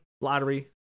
lottery